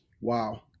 Wow